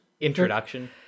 Introduction